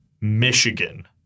Michigan